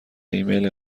ایمیل